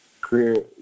career